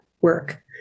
work